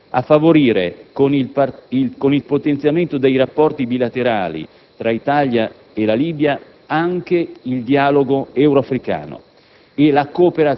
Governo a favorire, con il potenziamento dei rapporti bilaterali Italia-Libia, anche il dialogo euro-africano